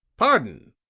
pardon,